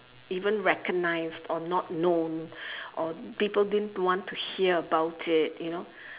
even recognize or not known or people didn't want to hear about it you know